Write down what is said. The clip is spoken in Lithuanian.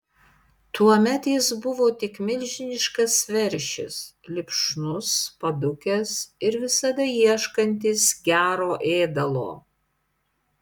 tuomet jis buvo tik milžiniškas veršis lipšnus padūkęs ir visada ieškantis gero ėdalo